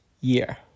year